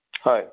হয়